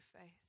faith